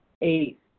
eight